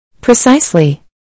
Precisely